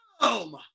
Boom